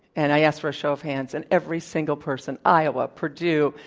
and i asked for a show of hands and every single person, iowa, purdue,